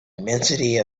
immensity